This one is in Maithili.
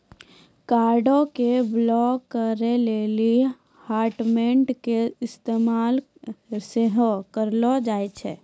कार्डो के ब्लाक करे लेली हाटमेल के इस्तेमाल सेहो करलो जाय छै